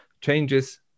changes